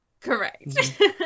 Correct